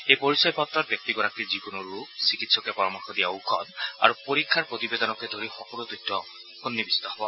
এই পৰিচয় পত্ৰত ব্যক্তিগৰাকীৰ যিকোনো ৰোগ চিকিৎসকে পৰামৰ্শ দিয়া ঔষধ পৰীক্ষাৰ প্ৰতিবেদনকে ধৰি সকলো তথ্য সন্নিবিষ্ট হব